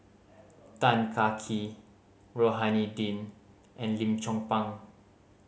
Tan Kah Kee Rohani Din and Lim Chong Pang